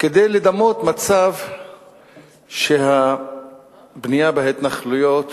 כדי לדמות מצב שהבנייה בהתנחלויות